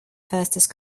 fastest